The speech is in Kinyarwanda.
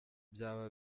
byaba